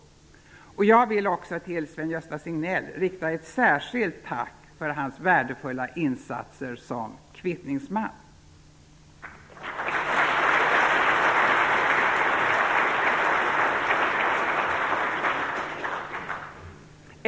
Jag vill också till Sven-Gösta Signell rikta ett särskilt tack för hans värdefulla insatser som kvittningsman.